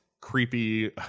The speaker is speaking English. creepy